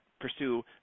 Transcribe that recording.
pursue